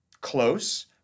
Close